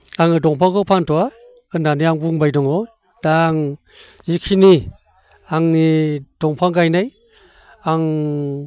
आं दंफांखौ फानथ'वा होननानै आं बुंबाय दङ दा आं जिखिनि आंनि दंफां गायनाय आं